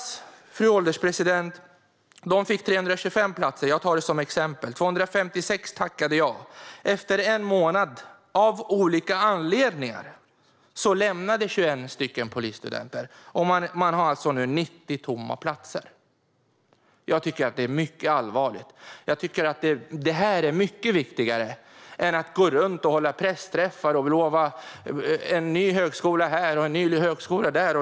De fick i våras 325 platser. Jag tar det som exempel. Det var 256 som tackade ja. Efter en månad lämnade 21 polisstudenter av olika anledningar utbildningen, och man har nu 90 tomma platser. Jag tycker att det är mycket allvarligt. Det är mycket viktigare än att gå runt, hålla pressträffar och lova en ny högskola här och en ny högskola där.